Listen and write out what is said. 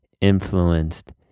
influenced